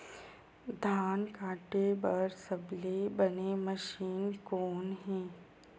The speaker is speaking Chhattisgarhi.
धान काटे बार सबले बने मशीन कोन हे?